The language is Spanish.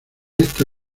esta